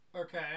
Okay